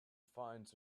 finds